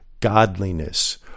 godliness